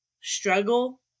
struggle